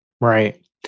Right